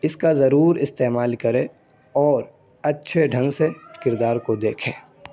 اس کا ضرور استعمال کرے اور اچھے ڈھنگ سے کردار کو دیکھیں